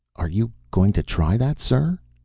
are you going to try that, sir?